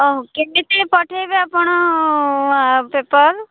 ହଉ କେମିତି ପଠାଇବେ ଆପଣ ପେପର୍